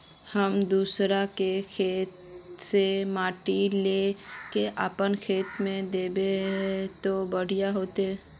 हम दूसरा के खेत से माटी ला के अपन खेत में दबे ते बढ़िया होते?